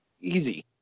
Easy